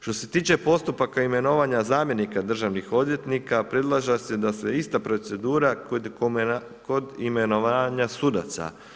Što se tiče postupaka imenovanja zamjenika državnih odvjetnika, predlaže se da se ista procedura kod imenovanja sudaca.